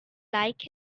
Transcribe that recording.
like